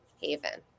Haven